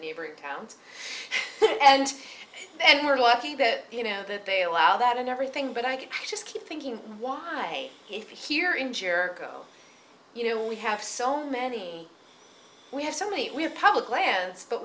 neighboring towns and and we're lucky that you know that they allow that and everything but i just keep thinking why here in jericho you know we have so many we have so many we're public lands but